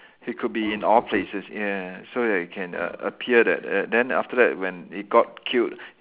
he could be in all places yes so that he can a~ appear that then after that when he got killed